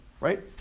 right